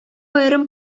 аерым